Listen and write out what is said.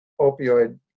opioid